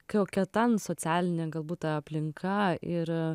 kokia ten socialine galbūt ta aplinka ir